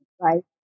Right